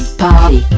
party